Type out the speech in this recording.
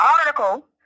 article